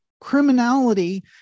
criminality